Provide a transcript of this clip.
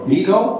ego